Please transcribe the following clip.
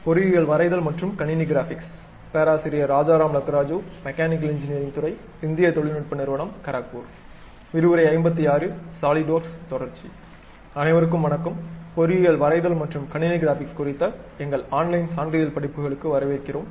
SolidWorks தொடர்ச்சி அனைவருக்கும் வணக்கம் பொறியியல் வரைதல் மற்றும் கணினி கிராபிக்ஸ் குறித்த எங்கள் ஆன்லைன் சான்றிதழ் படிப்புகளுக்கு வரவேற்கிறோம்